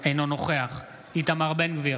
אינו נוכח איתמר בן גביר,